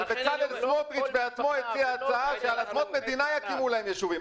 בצלאל סמוטריץ' בעצמו הציע הצעה שעל אדמות מדינה יקימו להם יישובים.